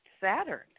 Saturn